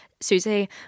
Susie